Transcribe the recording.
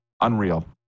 Unreal